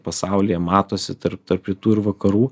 pasaulyje matosi tarp tarp rytų ir vakarų